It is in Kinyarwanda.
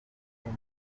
koko